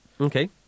Okay